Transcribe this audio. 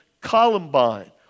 Columbine